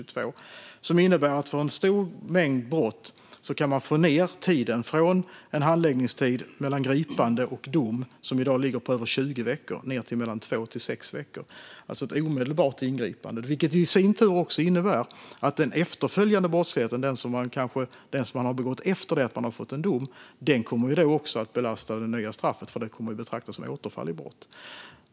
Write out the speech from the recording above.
Det här innebär att vi för en stor mängd brott kan få ned handläggningstiden mellan gripande och dom från 20 veckor till 2-6 veckor, alltså ett mer omedelbart ingripande. Detta innebär i sin tur att den efterföljande brottslighet man begår efter att man har fått en dom kommer att belasta det nya straffet eftersom det betraktas som återfall i brott.